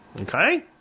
Okay